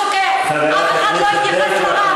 אף אחד לא התייחס לרב.